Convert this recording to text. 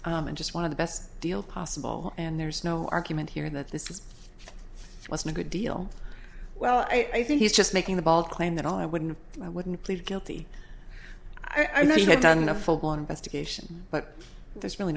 skillz just one of the best deal possible and there's no argument here that this wasn't a good deal well i think he's just making the ball claim that i wouldn't i wouldn't plead guilty i know you've done a full blown investigation but there's really